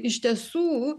iš tiesų